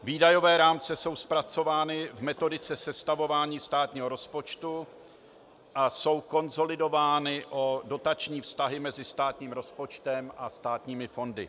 Výdajové rámce jsou zpracovány v metodice sestavování státního rozpočtu a jsou konsolidovány o dotační vztahy mezi státním rozpočtem a státními fondy.